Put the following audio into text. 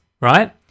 right